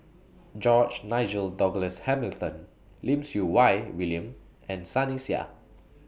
George Nigel Douglas Hamilton Lim Siew Wai William and Sunny Sia